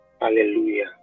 Hallelujah